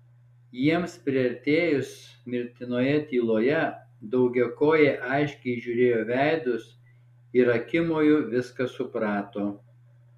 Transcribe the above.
jiems priartėjus mirtinoje tyloje daugiakojė aiškiai įžiūrėjo veidus ir akimoju viską suprato